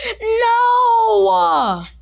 No